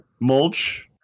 Mulch